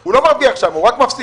והוא לא מרוויח שם, הוא רק מפסיד.